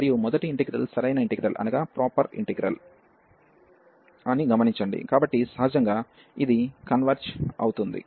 మరియు మొదటి integral proper integral అని గమనించండి కాబట్టి సహజంగా ఇది కన్వర్జ్ అవుతుంది